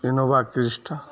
Innova کرسٹا